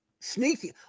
Sneaky